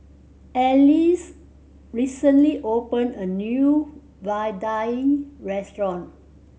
Alease recently opened a new vadai restaurant